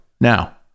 Now